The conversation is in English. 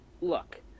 look